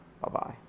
Bye-bye